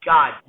God